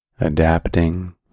adapting